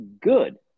good